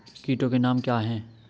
कीटों के नाम क्या हैं?